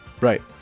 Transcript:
Right